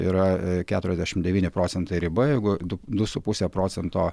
yra keturiasdešimt devyni procentai riba jeigu du su puse procento